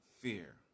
fear